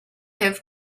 have